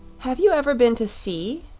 have you ever been to sea?